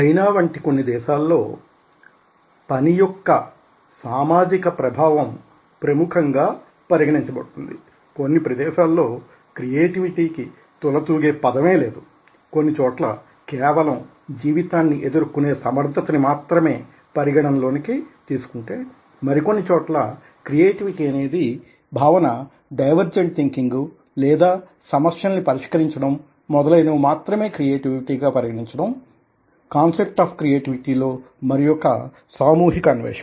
China వంటి కొన్ని దేశాల్లో పని యొక్క సామాజిక ప్రభావం ప్రముఖంగా పరిగణించబడుతుంది కొన్ని ప్రదేశాల్లో క్రియేటివిటీకి తులతూగే పదమే లేదు కొన్నిచోట్ల కేవలం జీవితాన్ని ఎదుర్కొనే సమర్థతని మాత్రమే పరిగణనలోకి తీసుకుంటే మరికొన్ని చోట్ల క్రియేటివిటీ అనే భావన డైవర్జెంట్ థింకింగ్ లేదా సమస్యలని పరిష్కరించడం మొదలైనవి మాత్రమే క్రియేటివిటీ గా పరిగణించడం కాన్సెప్ట్ ఆఫ్ క్రియేటివిటీ లో మరియొక సామూహిక అన్వేషణ